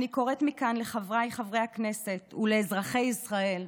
אני קוראת מכאן לחבריי חברי הכנסת ולאזרחי ישראל: